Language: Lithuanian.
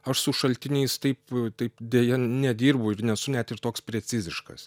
aš su šaltiniais taip taip deja nedirbu ir nesu net ir toks preciziškas